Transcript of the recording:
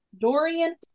Dorian